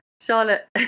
Charlotte